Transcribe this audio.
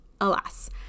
alas